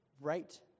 right